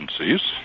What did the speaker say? agencies